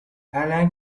alain